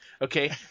okay